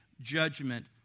judgment